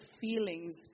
feelings